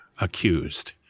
accused